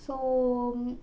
so